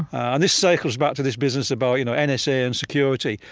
and this circles back to this business about you know and nsa and security.